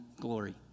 glory